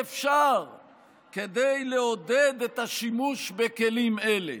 כדי לעודד את השימוש בכלים האלה".